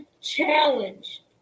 challenge